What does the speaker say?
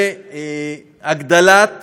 הגדלת